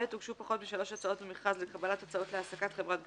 (ב)הוגשו פחות משלוש הצעות במכרז לקבלת הצעות להעסקת חברת גבייה,